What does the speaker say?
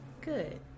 good